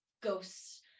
ghosts